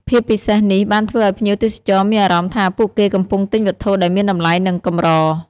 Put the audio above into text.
ភាពពិសេសនេះបានធ្វើឲ្យភ្ញៀវទេសចរមានអារម្មណ៍ថា ពួកគេកំពុងទិញវត្ថុដែលមានតម្លៃ និងកម្រ។